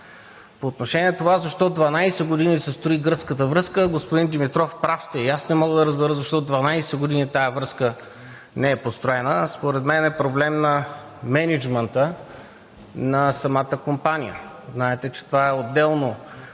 По отношение на това защо 12 години се строи гръцката връзка? Господин Димитров праща… И аз не мога да разбера защо 12 години тази връзка не е построена. Според мен проблем е на мениджмънта на самата компания. Знаете, че това е отделна